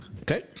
Okay